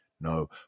No